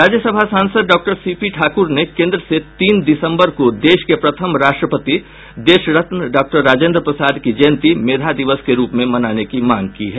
राज्यसभा सांसद doctor C P Thakur ने केंद्र से तीन दिसंबर को देश के प्रथम राष्ट्रपति देशरत्न डॉक्टर राजेंद्र प्रसाद की जयंती मेधा दिवस के रूप में मनाने की मांग की है